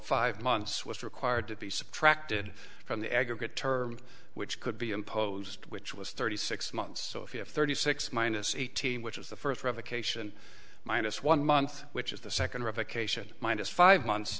five months was required to be subtracted from the aggregate term which could be imposed which was thirty six months so if you have thirty six minus eighteen which is the first revocation minus one month which is the second revocation minus five months